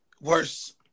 worse